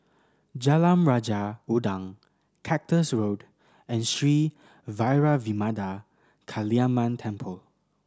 Jalan Raja Udang Cactus Road and Sri Vairavimada Kaliamman Temple